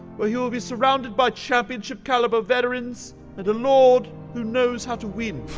where he will be surrounded by championship-caliber veterans and a lord who knows how to win.